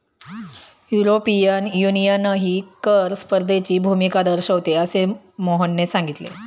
European युनियनही कर स्पर्धेची भूमिका दर्शविते, असे मोहनने सांगितले